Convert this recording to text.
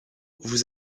vous